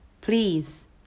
Please